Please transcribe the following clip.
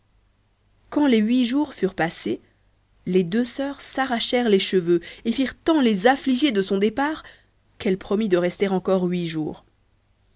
quand les huit jours furent passés les deux sœurs s'arrachèrent les cheveux et firent tant les affligées de son départ qu'elle promit de rester encore huit jours